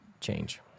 change